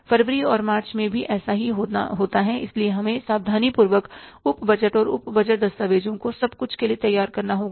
फरवरी और मार्च में भी ऐसा ही होता है इसलिए हमें सावधानीपूर्वक उप बजट और उप बजट दस्तावेजों को सब कुछ के लिए तैयार करना होगा